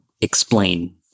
explain